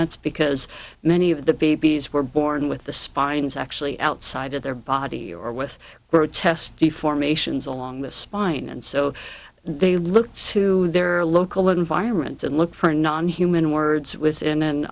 that's because many of the babies were born with the spines actually outside of their body or with grotesque deformations along the spine and so they look to their local environment and look for non human words within